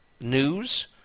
news